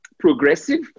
progressive